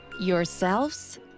Yourselves